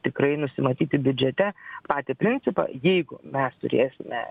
tikrai nusimatyti biudžete patį principą jeigu mes turėsime